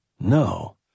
No